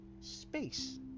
space